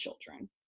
children